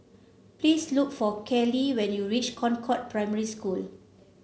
please look for Cali when you reach Concord Primary School